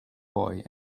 boy